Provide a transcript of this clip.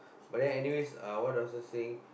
but then anyways uh what was I saying